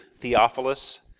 Theophilus